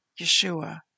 Yeshua